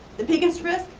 the biggest risk?